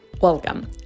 Welcome